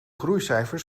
groeicijfers